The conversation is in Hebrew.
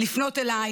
לפנות אליי.